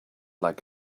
like